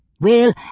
Well